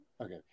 Okay